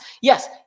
Yes